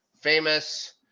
famous